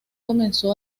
comenzó